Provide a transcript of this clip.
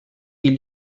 ils